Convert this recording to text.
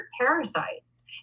parasites